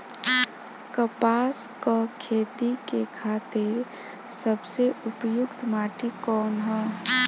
कपास क खेती के खातिर सबसे उपयुक्त माटी कवन ह?